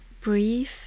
breathe